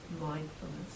mindfulness